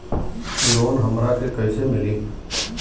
Loan हमरा के कईसे मिली?